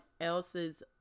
else's